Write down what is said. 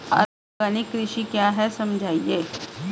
Organic कृषि क्या है समझाइए?